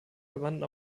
verbanden